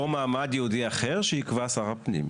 או מעמד ייעודי אחר שייקבע שר הפנים.